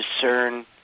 discern